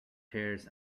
tears